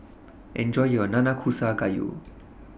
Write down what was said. Enjoy your Nanakusa Gayu